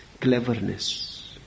cleverness